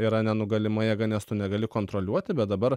yra nenugalima jėga nes tu negali kontroliuoti bet dabar